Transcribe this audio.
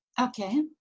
Okay